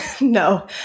no